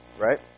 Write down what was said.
right